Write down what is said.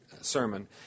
sermon